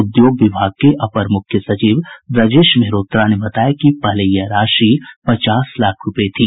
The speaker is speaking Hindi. उद्योग विभाग के अपर मुख्य सचिव ब्रजेश मेहरोत्रा ने बताया कि पहले यह राशि पचास लाख रूपये थी